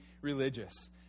religious